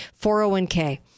401k